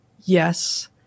Yes